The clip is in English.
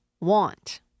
want